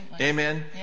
Amen